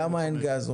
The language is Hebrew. בגלל מחיר הגז.